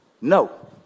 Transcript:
no